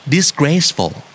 Disgraceful